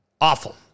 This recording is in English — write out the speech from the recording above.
Awful